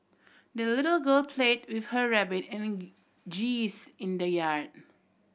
the little girl played with her rabbit and geese in the yard